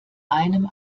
einem